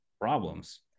problems